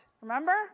Remember